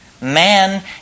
Man